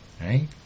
Right